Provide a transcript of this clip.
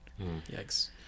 Yikes